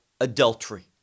adultery